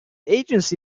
agency